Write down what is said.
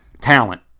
talent